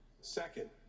Second